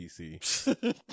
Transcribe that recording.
PC